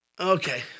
Okay